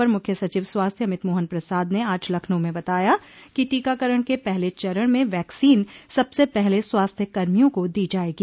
अपर मुख्य सचिव स्वास्थ्य अमित मोहन प्रसाद ने आज लखनऊ में बताया कि टीकाकरण के पहले चरण में वैक्सीन सबसे पहले स्वास्थ्य कर्मियों को दी जायेगी